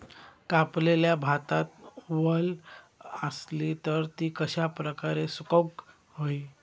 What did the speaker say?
कापलेल्या भातात वल आसली तर ती कश्या प्रकारे सुकौक होई?